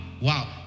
wow